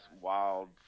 wild